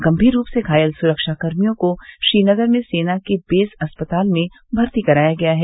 गंभीर रूप से घायल सुरक्षाकर्मियोंको श्रीनगर में सेना के बेस अस्पताल में भर्ती कराया गया है